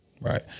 Right